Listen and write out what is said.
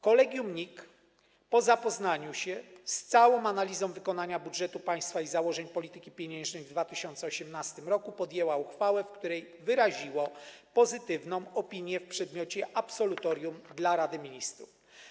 Kolegium NIK po zapoznaniu się z całą analizą wykonania budżetu państwa i założeń polityki pieniężnej w 2018 r. podjęło uchwałę, w której wyraziło pozytywną opinię w przedmiocie absolutorium dla Rady Ministrów.